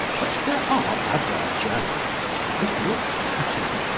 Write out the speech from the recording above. but there are other journalists, i feel certain,